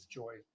joy